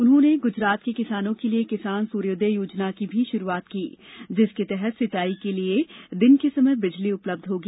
उन्होंने गूजरात के किसानों के लिए किसान सूर्योदय योजना की भी शुरूआत की जिसके तहत सिंचाई के लिए दिन के समय बिजली उपलब्ध होगी